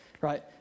right